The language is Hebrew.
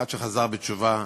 אחד שחזר בתשובה,